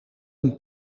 een